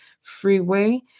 freeway